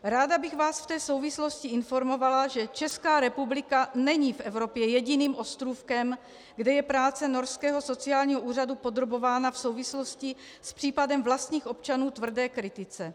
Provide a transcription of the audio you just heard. Ráda bych vás v té souvislosti informovala, že Česká republika není v Evropě jediným ostrůvkem, kde je práce norského sociálního úřadu podrobována v souvislosti s případem vlastních občanů tvrdé kritice.